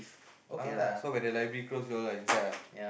uh so when the library close you all are inside ah